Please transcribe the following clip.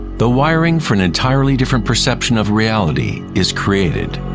the wiring for an entirely different perception of reality is created.